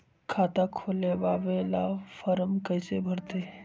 खाता खोलबाबे ला फरम कैसे भरतई?